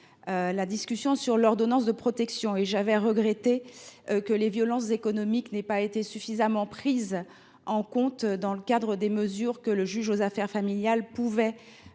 relatifs à l’ordonnance de protection, j’avais regretté que les violences économiques soient insuffisamment prises en compte dans le cadre des mesures que le juge aux affaires familiales peut